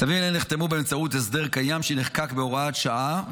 צווים אלה נחתמו באמצעות הסדר קיים שנחקק בהוראת שעה,